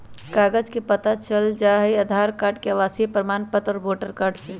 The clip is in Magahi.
कागज से पता चल जाहई, आधार कार्ड से, आवासीय प्रमाण पत्र से, वोटर कार्ड से?